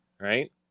right